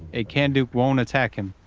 a kanduk won't attack him.